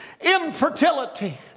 infertility